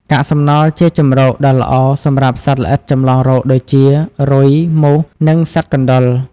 កាកសំណល់ជាជម្រកដ៏ល្អសម្រាប់សត្វល្អិតចម្លងរោគដូចជា រុយ មូស និងសត្វកណ្ដុរ។